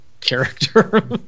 character